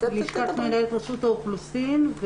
מנהל רשות האוכלוסין.